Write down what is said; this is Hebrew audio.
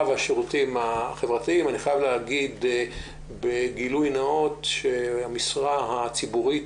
אני חייב להגיד בגילוי נאות שהמשרה הציבורית